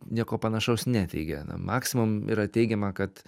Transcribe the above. nieko panašaus neteigia na maksimum yra teigiama kad